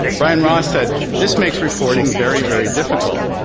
brian ross said, this makes reporting very, very difficult.